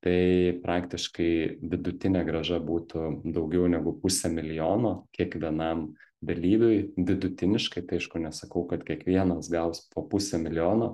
tai praktiškai vidutinė grąža būtų daugiau negu pusė milijono kiekvienam dalyviui vidutiniškai tai aišku nesakau kad kiekvienas gaus po pusę milijono